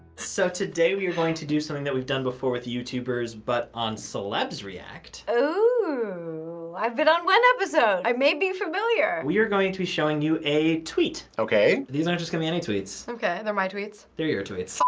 so today, we are going to do something that we've done before with youtubers but on celebs react. ooh. i've been on one episode. i may be familiar. we are going to be showing you a tweet. okay these aren't just gonna be any tweets. okay, they're my tweets? they're your tweets.